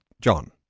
John